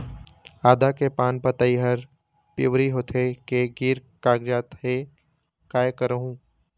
आदा के पान पतई हर पिवरी होथे के गिर कागजात हे, कै करहूं?